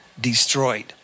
Destroyed